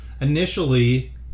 initially